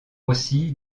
aussi